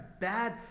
bad